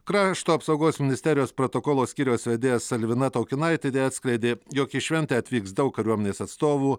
krašto apsaugos ministerijos protokolo skyriaus vedėja salvina taukinaitienė atskleidė jog į šventę atvyks daug kariuomenės atstovų